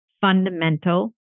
fundamental